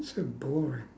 so boring